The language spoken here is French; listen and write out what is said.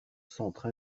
centre